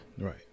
right